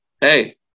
hey